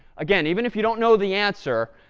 again, even if you don't know the answer,